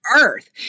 earth